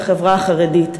בחברה החרדית.